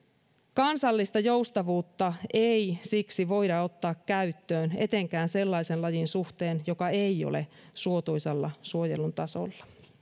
kansallista joustavuutta ei siksi voida ottaa käyttöön etenkään sellaisen lajin suhteen joka ei ole suotuisalla suojelun tasolla